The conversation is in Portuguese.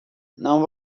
não